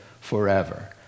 forever